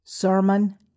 Sermon